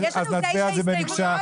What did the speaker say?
יש לנו תשע הסתייגויות.